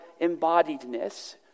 embodiedness